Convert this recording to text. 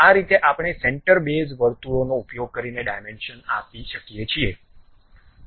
આ રીતે આપણે સેન્ટર બેઝ વર્તુળોનો ઉપયોગ કરીને ડાયમેન્શન આપી શકીએ છીએ